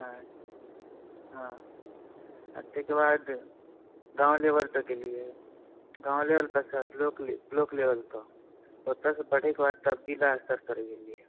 अच्छा हँ तै के बाद गाँव लेवलपर खेललियै गाँव लेवलपर तकर बाद ब्लॉक लेवलपर ओतऽसँ बढ़ैके बाद तब जिला स्तरपर गेलियै